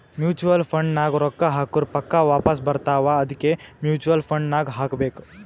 mutual fund ನಾಗ್ ರೊಕ್ಕಾ ಹಾಕುರ್ ಪಕ್ಕಾ ವಾಪಾಸ್ ಬರ್ತಾವ ಅದ್ಕೆ ಮೂಚುವಲ್ ಫಂಡ್ ನಾಗ್ ಹಾಕಬೇಕ್